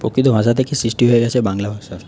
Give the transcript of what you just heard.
প্রকৃত ভাষা থেকেই সৃষ্টি হয়ে গেছে বাংলা ভাষার